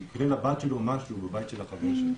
שיקרה לבת שלו משהו בבית של החבר שלה.